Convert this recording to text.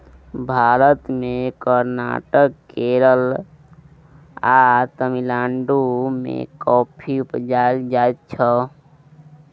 भारत मे कर्नाटक, केरल आ तमिलनाडु मे कॉफी उपजाएल जाइ छै